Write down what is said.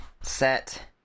Set